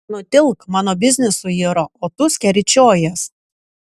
nutilk mano biznis suiro o tu skeryčiojies